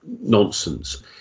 nonsense